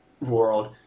world